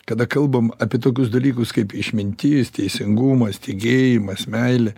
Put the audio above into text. kada kalbam apie tokius dalykus kaip išmintis teisingumas tikėjimas meilė